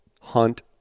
hunt